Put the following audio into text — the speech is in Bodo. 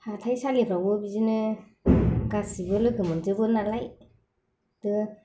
हाथायसालिफ्रावबो बिदिनो गासिबो लोगो मोनजोबो नालाय बो